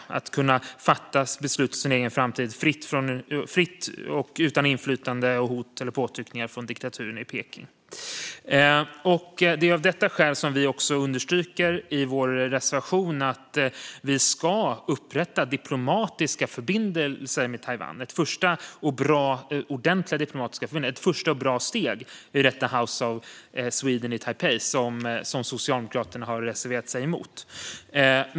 Taiwan måste kunna fatta beslut om sin egen framtid, fritt och utan inflytande, hot eller påtryckningar från diktaturen i Peking. Det är av detta skäl som vi understryker i vår reservation att Sverige ska upprätta diplomatiska förbindelser med Taiwan - ordentliga diplomatiska förbindelser. Ett första och bra steg är House of Sweden i Taipei. Detta har Socialdemokraterna har reserverat sig emot.